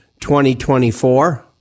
2024